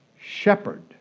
shepherd